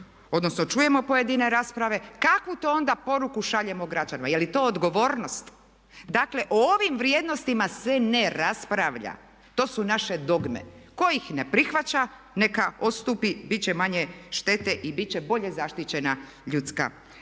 odnosno čujemo pojedine rasprave kakvu to onda poruku šaljemo građanima. Je li to odgovornost? Dakle o ovim vrijednostima se ne raspravlja. To su naše dogme. Tko ih ne prihvaća neka odstupi bit će manje štete i bit će bolje zaštićena ljudska